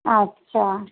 अच्छा